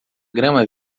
grama